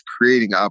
creating